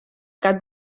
cap